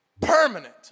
permanent